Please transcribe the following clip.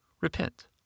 repent